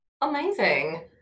Amazing